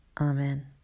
Amen